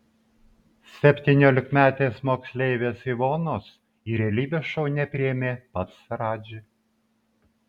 septyniolikmetės moksleivės ivonos į realybės šou nepriėmė pats radži